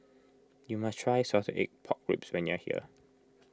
you must try Salted Egg Pork Ribs when you are here